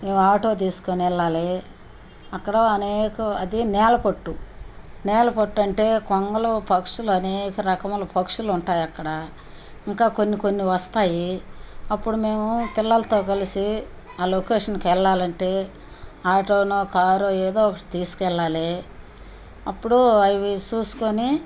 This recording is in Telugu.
మేం ఆటో తీసుకోని వెళ్ళాలి అక్కడ అనేక అది నేల పట్టు నేల పట్టంటే కొంగలు పక్షులు అనేక రకములు పక్షులు ఉంటాయి అక్కడ ఇంకా కొన్ని కొన్ని వస్తాయి అప్పుడు మేము పిల్లలతో కలిసి ఆ లోకేషన్కి వెళ్ళాలంటే ఆటోనో కారో ఏదో ఒకటి తీసుకెళ్ళాలి అప్పుడు అవి చూసుకోని